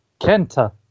Kenta